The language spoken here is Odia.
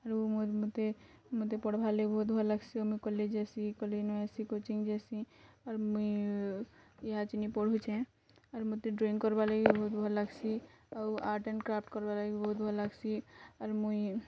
ଆରୁ ମୋତେ ପଢ଼ବାର୍ ଲାଗି ବହୁତ୍ ଭଲ୍ ଲାଗ୍ସି ମୁଇଁ କଲେଜ୍ ଯାଏସି କଲେଜ୍ନୁ ଆସି କୋଚିଙ୍ଗ୍ ଯାଏସି ଆର୍ ମୁଇଁ ଇହା ଚିନି ପଢ଼ୁଛେଁ ଆର୍ ମୋତେ ଡ଼୍ରଇଂ କର୍ବାର୍ ଲାଗି ବହୁତ୍ ଭଲ୍ ଲାଗ୍ସି ଆଉ ଆର୍ଟ୍ ଆଣ୍ଡ୍ କ୍ରାଫ୍ଟ୍ କର୍ବାର୍ ଲାଗି ବହୁତ୍ ଭଲ୍ ଲାଗ୍ସି ଆର୍ ମୁଇଁ